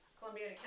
Columbia